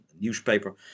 newspaper